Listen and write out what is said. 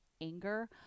anger